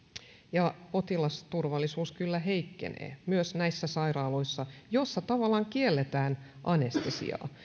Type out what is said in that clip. ja potilasturvallisuus kyllä heikkenee myös näissä sairaaloissa joissa tavallaan kielletään anestesia